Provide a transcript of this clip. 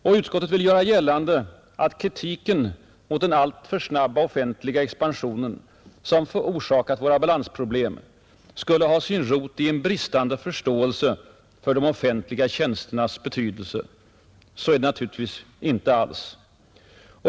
Och utskottet vill göra gällande att kritiken mot den alltför snabba offentliga expansion som orsakat våra balansproblem skulle ha sin rot i bristande förståelse för de offentliga tjänsternas betydelse. Så är det naturligtvis inte alls.